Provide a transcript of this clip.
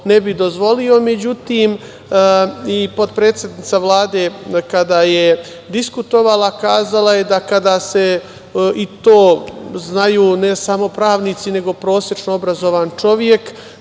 ne bi dozvolio, međutim i potpredsednica Vlade kada je diskutovala kazala je, i to znaju ne samo pravnici, nego prosečno obrazovan čovek,